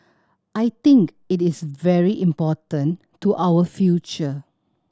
I think it is very important to our future